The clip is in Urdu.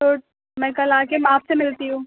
تو میں کل آ کے میں آپ سے ملتی ہوں